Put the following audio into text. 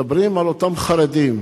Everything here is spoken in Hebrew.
מדברים על אותם חרדים.